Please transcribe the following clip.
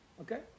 Okay